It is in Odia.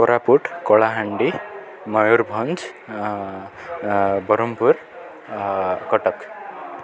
କୋରାପୁଟ କଳାହାଣ୍ଡି ମୟୂରଭଞ୍ଜ ବରହମ୍ପୁର କଟକ